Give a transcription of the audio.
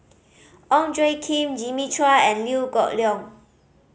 Ong Tjoe Kim Jimmy Chua and Liew Geok Leong